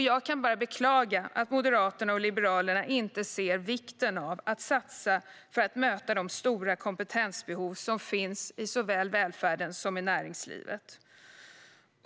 Jag kan bara beklaga att Moderaterna och Liberalerna inte ser vikten av att satsa för att möta de stora kompetensbehov som finns såväl i välfärden som i näringslivet.